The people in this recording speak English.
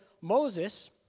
Moses